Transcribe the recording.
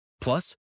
plus